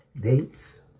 dates